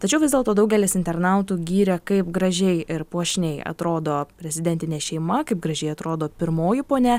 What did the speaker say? tačiau vis dėlto daugelis internautų gyrė kaip gražiai ir puošniai atrodo prezidentinė šeima kaip gražiai atrodo pirmoji ponia